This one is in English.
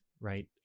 right